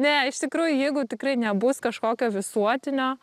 ne iš tikrųjų jeigu tikrai nebus kažkokio visuotinio